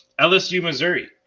LSU-Missouri